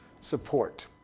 support